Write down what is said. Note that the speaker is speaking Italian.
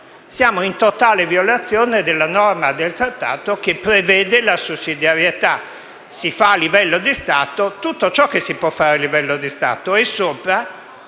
Siamo in totale violazione della norma del trattato che prevede la sussidiarietà: si fa a livello di Stato tutto ciò che si può fare a livello di Stato, e sopra,